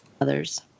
others